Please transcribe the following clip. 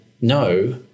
no